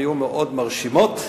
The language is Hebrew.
היו מאוד מרשימות,